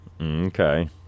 Okay